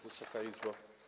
Wysoka Izbo!